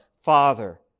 Father